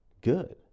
good